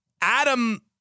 Adam